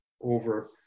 over